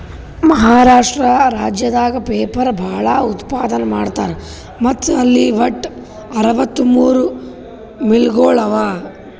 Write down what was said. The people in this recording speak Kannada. ಮಹಾರಾಷ್ಟ್ರ ರಾಜ್ಯದಾಗ್ ಪೇಪರ್ ಭಾಳ್ ಉತ್ಪಾದನ್ ಮಾಡ್ತರ್ ಮತ್ತ್ ಅಲ್ಲಿ ವಟ್ಟ್ ಅರವತ್ತಮೂರ್ ಮಿಲ್ಗೊಳ್ ಅವಾ